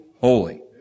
holy